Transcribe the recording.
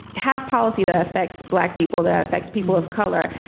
have policy that affects black people, that affects people of color.